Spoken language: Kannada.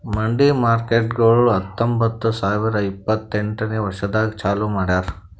ಮಂಡಿ ಮಾರ್ಕೇಟ್ಗೊಳ್ ಹತೊಂಬತ್ತ ಸಾವಿರ ಇಪ್ಪತ್ತು ಎಂಟನೇ ವರ್ಷದಾಗ್ ಚಾಲೂ ಮಾಡ್ಯಾರ್